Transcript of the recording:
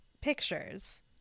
pictures